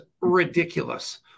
ridiculous